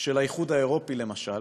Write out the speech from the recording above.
של האיחוד האירופי, למשל,